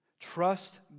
Trust